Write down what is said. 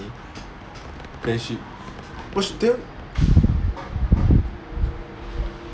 then she but she then